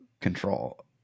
control